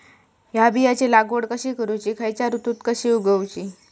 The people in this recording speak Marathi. हया बियाची लागवड कशी करूची खैयच्य ऋतुत कशी उगउची?